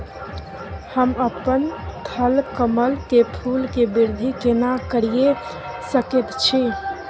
हम अपन थलकमल के फूल के वृद्धि केना करिये सकेत छी?